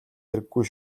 хэрэггүй